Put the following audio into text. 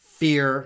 fear